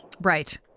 Right